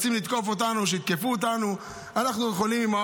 רוצים לתקוף אותנו, שיתקפו אותנו.